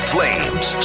Flames